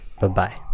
bye-bye